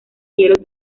hielos